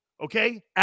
Okay